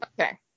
Okay